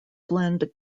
blend